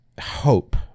hope